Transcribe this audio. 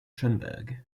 schoenberg